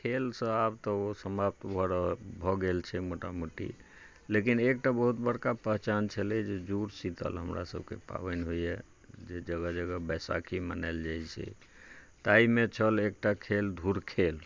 खेल सॅं आब तऽ ओ समाप्त भऽ रहल भऽ गेल छै मोटा मोटी लेकिन एकटा बहुत बड़का पहचान छलै जे जूड़ शीतल हमरा सबके पाबनि होइया जे जगह जगह बैशाखी मनायल जाइ छै ताहिमे छल एकटा खेल धूरखेल